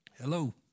Hello